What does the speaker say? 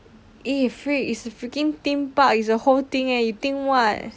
eh freak it's a freaking theme park is a whole thing eh you think what